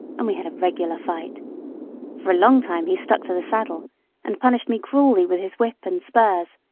and we had a regular fight for a long time he stuck to the saddle and punished me cruelly with his whip and spurs,